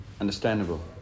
understandable